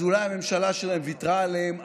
אז אולי הממשלה שלהם ויתרה עליהם.